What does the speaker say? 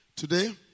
Today